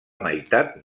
meitat